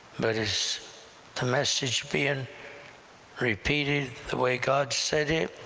but is the message being repeated the way god said it?